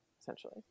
essentially